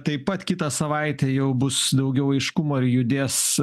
taip pat kitą savaitę jau bus daugiau aiškumo ir judės